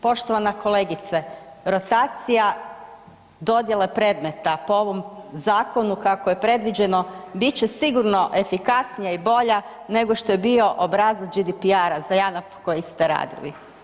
Poštovana kolegice, rotacija dodjele predmeta po ovom zakonu kako je predviđeno bit će sigurno efikasnija i bolja nego što je bio obrazac GDPR-a za Janaf koji ste radili.